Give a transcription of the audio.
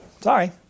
Sorry